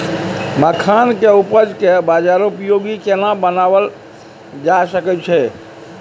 मखान के उपज के बाजारोपयोगी केना बनायल जा सकै छै?